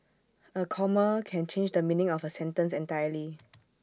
A comma can change the meaning of A sentence entirely